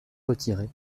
retiré